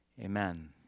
Amen